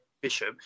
Bishop